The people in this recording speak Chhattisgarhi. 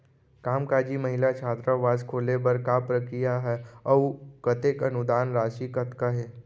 कामकाजी महिला छात्रावास खोले बर का प्रक्रिया ह अऊ कतेक अनुदान राशि कतका हे?